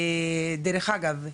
דרך אגב,